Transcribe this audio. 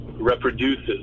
reproduces